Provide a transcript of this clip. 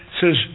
Says